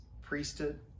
priesthood